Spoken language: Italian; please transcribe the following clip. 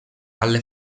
alle